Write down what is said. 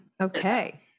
Okay